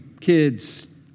kids